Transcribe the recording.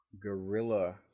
gorilla